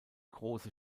große